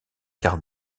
quart